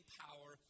power